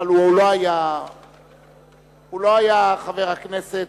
אבל הוא לא היה חבר הכנסת,